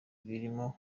irimo